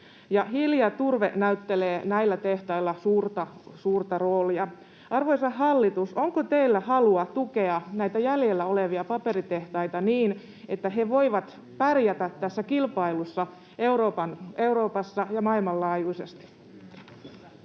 ja turve näyttelevät näillä tehtailla suurta, suurta roolia. Arvoisa hallitus, onko teillä halua tukea näitä jäljellä olevia paperitehtaita niin, että ne voivat pärjätä tässä kilpailussa Euroopassa ja maailmanlaajuisesti?